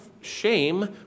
shame